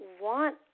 want